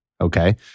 Okay